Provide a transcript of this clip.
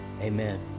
amen